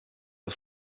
auf